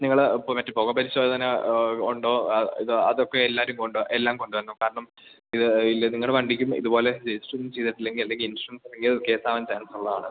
നിങ്ങള് മറ്റ് പുകപരിശോധന ഉണ്ടോ ഇത് അതൊക്കെ എല്ലാം കൊണ്ടുവരണം കാരണം ഇത് ഇല്ലെങ്കില് നിങ്ങളുടെ വണ്ടിക്കും ഇതുപോലെ രജിസ്റ്ററൊന്നും ചെയ്തിട്ടില്ലെങ്കില് അല്ലെങ്കില് ഇൻഷുറൻസ് കേസാകാന് ചാൻസുള്ളതാണ്